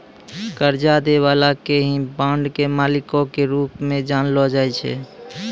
कर्जा दै बाला के ही बांड के मालिको के रूप मे जानलो जाय छै